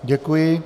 Děkuji.